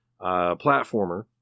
platformer